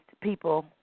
people